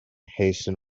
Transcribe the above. hasten